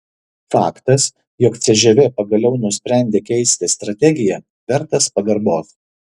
faktas jog cžv pagaliau nusprendė keisti strategiją vertas pagarbos